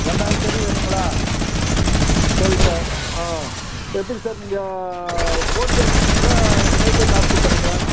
ரெண்டாயிரம் செடி வேணுங்களா சரி சார் ஆ எப்படி சார் நீங்கள் போன்பே பண்ணுறீங்களா நேர்லேயே காசு கொடுத்தட்றீங்களா